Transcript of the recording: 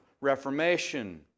reformation